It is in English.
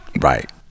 right